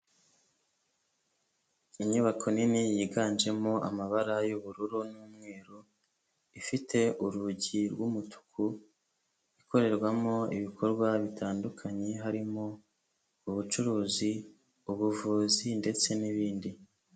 Inyubako nini yiganjemo amabara y'ubururu n'umweru, ifite urugi rw'umutuku, ikorerwamo ibikorwa bitandukanye, harimo ubucuruzi, ubuvuzi ndetse n'ibindi.